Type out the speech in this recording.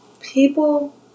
people